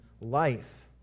life